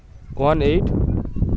one eight